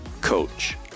Coach